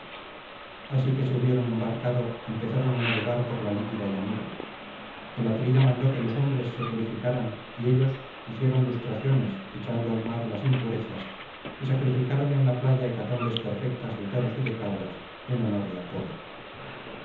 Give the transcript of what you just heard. así que se hubieron embarcado empezaron á navegar por la líquida llanura el atrida mandó que los hombres se purificaran y ellos hicieron lustraciones echando al mar las impurezas y sacrificaron en la playa hecatombes perfectas de toros y de cabras en honor de apolo